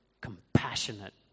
compassionate